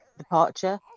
departure